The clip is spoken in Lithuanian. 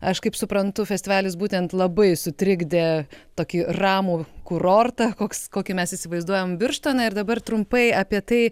aš kaip suprantu festivalis būtent labai sutrikdė tokį ramų kurortą koks kokį mes įsivaizduojam birštoną ir dabar trumpai apie tai